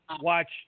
watch